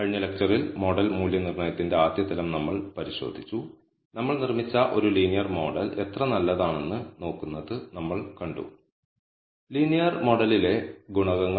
കഴിഞ്ഞ ലെക്ച്ചറിൽ മോഡൽ മൂല്യനിർണ്ണയത്തിന്റെ ആദ്യ തലം നമ്മൾ പരിശോധിച്ചു നമ്മൾ നിർമ്മിച്ച ഒരു ലീനിയർ മോഡൽ എത്ര നല്ലതാണെന്ന് നോക്കുന്നത് നമ്മൾ കണ്ടു ലീനിയർ മോഡലിലെ ഗുണകങ്ങൾ